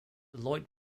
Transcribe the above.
lloyd